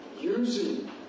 using